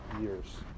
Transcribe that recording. years